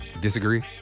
Disagree